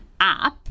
app